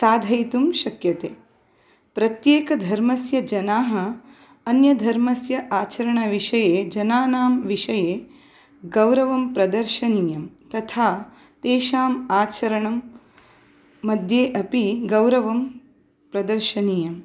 साधयितुं शक्यते प्रत्येकधर्मस्य जनाः अन्यधर्मस्य आचरणविषये जनानां विषये गौरवं प्रदर्शनीयं तथा तेषां आचरणं मध्ये अपि गौरवं प्रदर्शनीयं